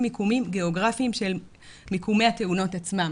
מיקומים גיאוגרפיים של מיקומי התאונות עצמן.